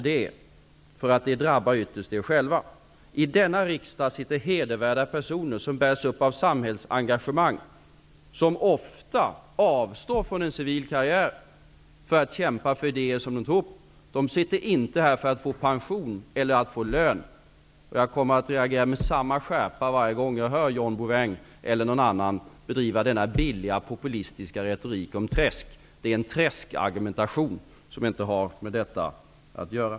Det drabbar ytterst er själva. I denna riksdag sitter hedervärda personer som bärs upp av samhällsengagemang. De avstår ofta från en civil karriär för att kämpa för idéer som de tror på. De sitter inte här för att få pension eller lön. Jag kommer att reagera med samma skärpa varje gång jag hör John Bouvin eller någon annan bedriva denna billiga populistiska retorik om träsk. Det är en träskargumentation som inte har med denna fråga att göra.